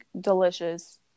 delicious